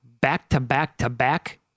back-to-back-to-back